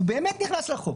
הוא באמת נכנס לחוק,